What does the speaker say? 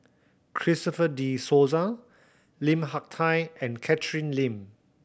Christopher De Souza Lim Hak Tai and Catherine Lim